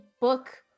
book